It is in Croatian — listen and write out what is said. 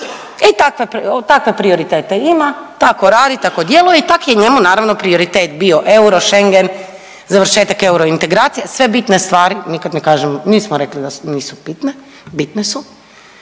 i takve prioritete ima, tako radi, tako djeluje i tak je njemu naravno prioritet bio euro, Schengen, završetak euro integracije sve bitne stvari, nikad ne kažem nismo rekli da nisu bitne, bitne su,